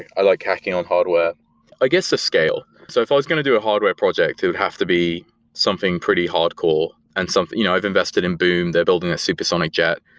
i like cacking on hardware i guess the scale. so if i was going to do a hardware project, it would have to be something pretty hardcore and you know i've invested in boom. they're building a supersonic jet.